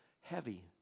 heavy